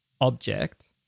object